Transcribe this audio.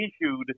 issued